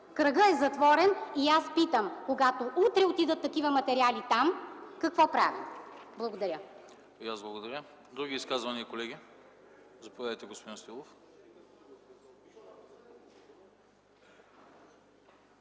Кръгът е затворен. И аз питам, когато утре отидат такива материали там, какво правим? Благодаря.